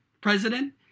president